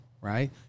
right